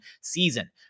season